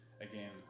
again